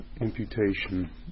imputation